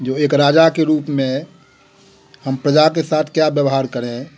जो एक राजा के रूप में हम प्रजा के साथ क्या व्यवहार करें